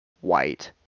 white